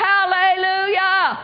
Hallelujah